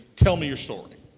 tell me your story.